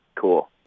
cool